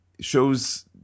shows